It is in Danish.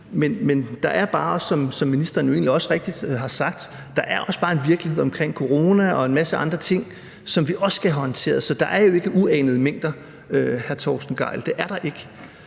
rigtigt har sagt, en virkelighed omkring corona og en masse andre ting, som vi også skal håndtere. Så der er jo ikke uanede mængder, hr. Torsten Gejl;